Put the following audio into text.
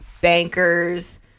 Bankers